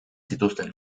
zituzten